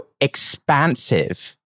expansive